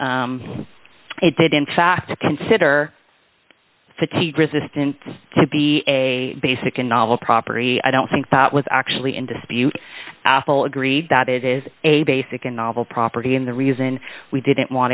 noted it did in fact consider fatigue resistant to be a basic and novel property i don't think thought was actually in dispute apple agreed that it is a basic and novel property and the reason we didn't want